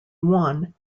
one